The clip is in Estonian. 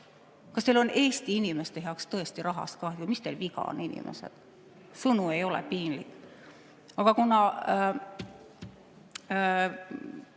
Kas teil on Eesti inimeste heaks tõesti rahast kahju? Mis teil viga on, inimesed? Sõnu ei ole. Piinlik. Aga